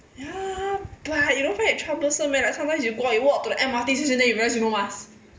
ya but you don't find it troublesome meh like sometimes you go out you walk to the M_R_T just then you realise you no mask